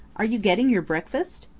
are you getting your breakfast?